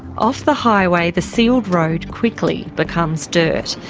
off the highway, the sealed road quickly becomes dirt.